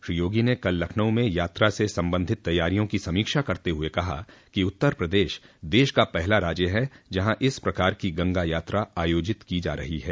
श्री योगी ने कल लखनऊ में यात्रा से संबंधित तैयारियों की समीक्षा करते हुये कहा कि उत्तर प्रदेश देश का पहला राज्य है जहां इस प्रकार की गंगा यात्रा आयोजित की जा रही है